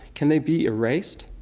can they be erased?